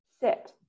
sit